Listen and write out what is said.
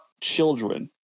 children